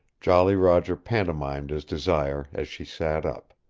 jolly roger pantomimed his desire as she sat up.